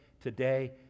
today